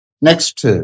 Next